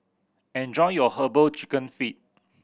enjoy your Herbal Chicken Feet